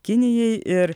kinijai ir